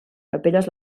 capelles